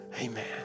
Amen